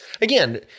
again